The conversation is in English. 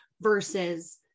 versus